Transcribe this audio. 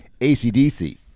ACDC